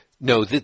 No